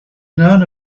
known